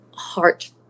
heart